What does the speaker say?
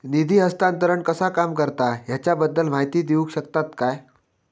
निधी हस्तांतरण कसा काम करता ह्याच्या बद्दल माहिती दिउक शकतात काय?